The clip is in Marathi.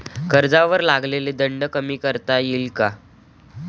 कर्जावर लागलेला दंड कमी करता येईल का?